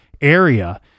area